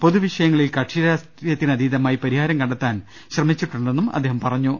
പൊതുവിഷയങ്ങളിൽ കക്ഷിരാഷ്ട്രീയത്തിനതീതമായി പരിഹാരം കണ്ടെത്താൻ ശ്രമിച്ചിട്ടുണ്ടെന്നും അദ്ദേഹം പറഞ്ഞു